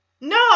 No